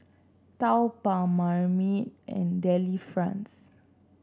Taobao Marmite and Delifrance